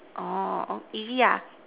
easy